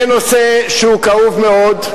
זה נושא שהוא כאוב מאוד,